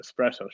espresso